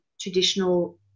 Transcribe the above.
traditional